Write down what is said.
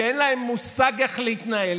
שאין להם מושג איך להתנהל,